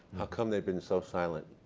how come they've been so silent?